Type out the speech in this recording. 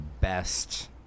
best